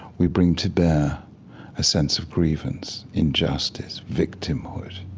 we bring to bear a sense of grievance, injustice, victimhood,